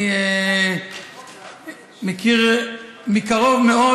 אני מכיר מקרוב מאוד.